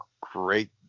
great